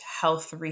health